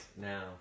now